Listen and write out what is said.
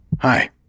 Hi